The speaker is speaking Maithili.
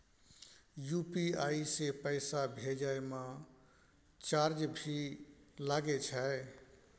यु.पी.आई से पैसा भेजै म चार्ज भी लागे छै?